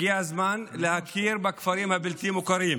הגיע הזמן להכיר בכפרים הבלתי-מוכרים,